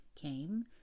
came